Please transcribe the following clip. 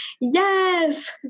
yes